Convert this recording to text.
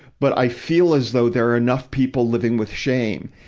but i feel as though there are enough people living with shame,